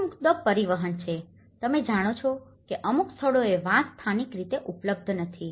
મુખ્ય મુદ્દો પરિવહન છે તમે જાણો છો કે અમુક સ્થળોએ વાંસ સ્થાનિક રીતે ઉપલબ્ધ નથી